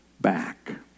back